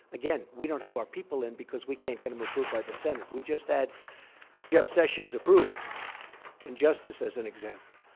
again, we don't have our people in because we can't get them approved by the senate. we just had jeff sessions approved in justice, as an example.